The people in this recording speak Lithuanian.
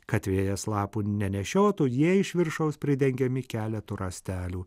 kad vėjas lapų nenešiotų jie iš viršaus pridengiami keletu rąstelių